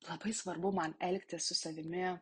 labai svarbu man elgtis su savimi